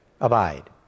Abide